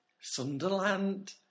Sunderland